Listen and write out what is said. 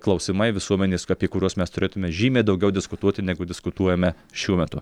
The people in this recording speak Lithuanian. klausimai visuomenės apie kuriuos mes turėtume žymiai daugiau diskutuoti negu diskutuojame šiuo metu